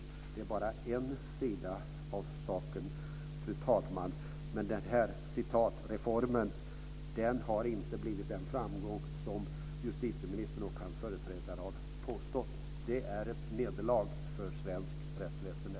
Det är bara en sida av saken, fru talman. "Reformen" har inte blivit den framgång som justitieministern och hans företrädare har påstått. Den är ett nederlag för svenskt rättsväsende.